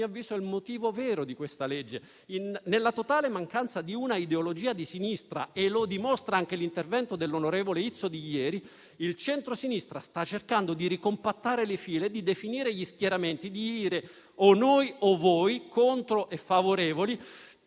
avviso, è il motivo vero di questo disegno di legge. Nella totale mancanza di un'ideologia di sinistra - e lo dimostra anche l'intervento dell'onorevole Izzo di ieri - il centrosinistra sta cercando di ricompattare le fila e di definire gli schieramenti dicendo: o noi o voi, o contrari o favorevoli.